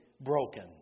broken